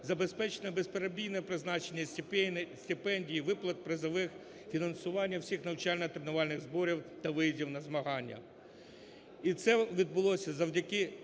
забезпечено безперебійне призначення стипендій і виплат призових, фінансування всіх навчально-тренувальних зборів та виїздів на змагання. І це відбулося завдяки